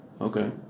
Okay